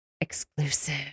exclusive